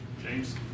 James